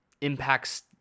impacts